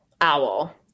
owl